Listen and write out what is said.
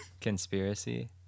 conspiracy